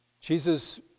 Jesus